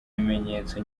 ibimenyetso